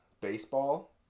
baseball